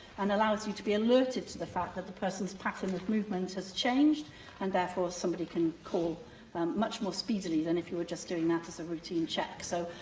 and allows you to be alerted to the fact that the person's pattern of movement has changed and, therefore, somebody can call much more speedily than if you were just doing that as a routine check. so,